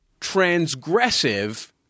transgressive